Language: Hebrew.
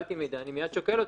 אני מייד שוקל אותו,